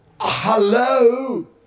Hello